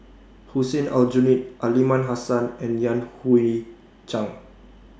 Hussein Aljunied Aliman Hassan and Yan Hui Chang